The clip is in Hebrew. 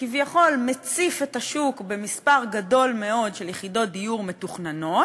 כביכול מציף את השוק במספר גדול מאוד של יחידות דיור מתוכננות,